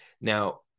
Now